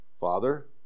father